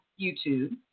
YouTube